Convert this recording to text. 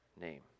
name